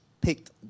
picked